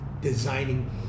designing